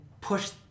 push